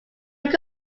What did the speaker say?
wake